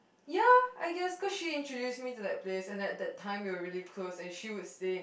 ya I guess cause she introduced me to that place and at that time we were really close and she would stay and